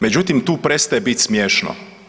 Međutim, tu prestaje bit smješno.